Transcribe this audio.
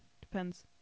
Depends